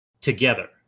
together